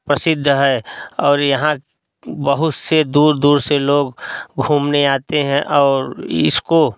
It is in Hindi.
प्रसिद्ध है और यहाँ बहुत से दूर दूर से लोग घूमने आते हैं और इसको